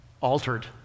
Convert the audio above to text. altered